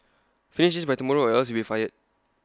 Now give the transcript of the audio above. finish this by tomorrow or else you'll be fired